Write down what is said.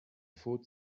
faute